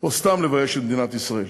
או סתם לבייש את מדינת ישראל.